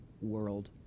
world